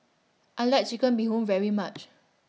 I like Chicken Bee Hoon very much